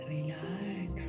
Relax